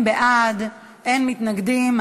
40 בעד, אין מתנגדים.